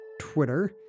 Twitter